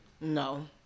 No